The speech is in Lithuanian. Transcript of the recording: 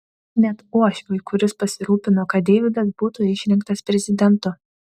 net uošviui kuris pasirūpino kad deividas būtų išrinktas prezidentu